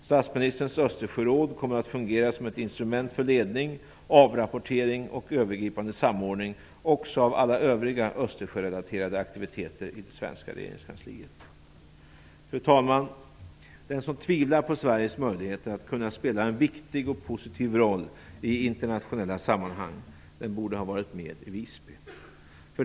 Statsministerns Östersjöråd kommer att fungera som ett instrument för ledning, avrapportering och övergripande samordning också av alla övriga Östersjörelaterade aktiviteter i det svenska regeringskansliet. Fru talman! Den som tvivlar på Sveriges möjligheter att spela en viktig och positiv roll i internationella sammanhang borde ha varit med i Visby.